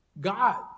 God